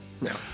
No